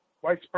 white